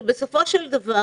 שבסופו של דבר